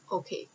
okay